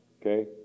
okay